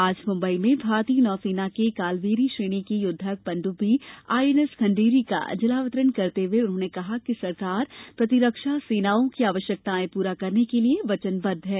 आज मुम्बई में भारतीय नौसेना के कालवेरी श्रेणी की युद्धक पनड़ब्बी आईएनएस खंडेरी का जलावतरण करते हुए उन्होंने कहा कि सरकार प्रतिरक्षा सेनाओं की आवश्यकताएं पूरा करने के लिए वचनबद्ध है